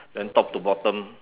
then top to bottom